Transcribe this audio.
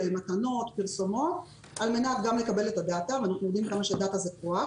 מתנות ופרסומות על מנת גם לקבל את הדטה ואנחנו יודעים כמה שדטה זה כוח